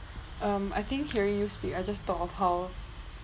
um I think hearing you speak I just thought of how